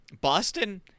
Boston